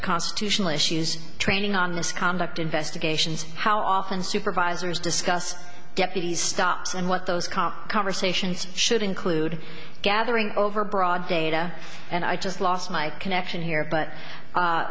constitutional issues training on this conduct investigations how often supervisors discuss deputies stops and what those camp conversations should include gathering overbroad data and i just lost my connection here but